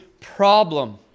problem